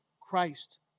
Christ